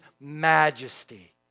majesty